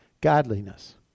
godliness